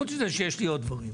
חוץ מזה יש לי עוד דברים.